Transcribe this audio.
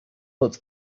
but